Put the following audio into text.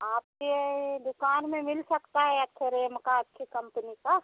आपके दुकान में मिल सकता हे अच्छे रेम का अच्छी कंपनी का